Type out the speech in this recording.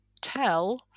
tell